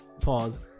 Pause